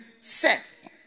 Seth